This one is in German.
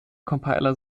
compiler